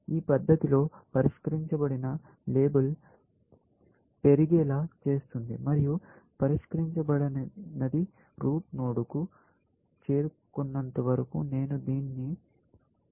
ఈ పద్ధతిలో పరిష్కరించబడిన లేబుల్ పెరిగేలా చేస్తుంది మరియు పరిష్కరించబడినది రూట్ నోడ్కు చేరుకోనంతవరకు నేను దీన్ని కొనసాగించాలనుకుంటున్నాను